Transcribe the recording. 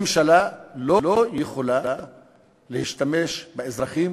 ממשלה לא יכולה להשתמש באזרחים